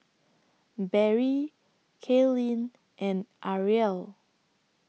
Barrie Kalyn and Arielle